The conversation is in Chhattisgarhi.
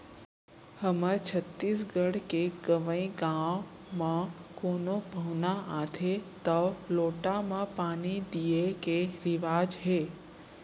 हमर छत्तीसगढ़ के गँवइ गाँव म कोनो पहुना आथें तौ लोटा म पानी दिये के रिवाज हे